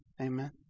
Amen